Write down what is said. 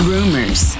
Rumors